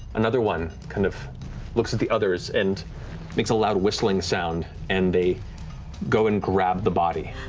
another one kind of looks at the others and makes a loud whistling sound, and they go and grab the body.